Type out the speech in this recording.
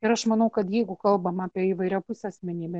ir aš manau kad jeigu kalbam apie įvairiapusę asmenybę